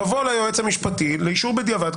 תבוא ליועץ המשפטי לאישור בדיעבד,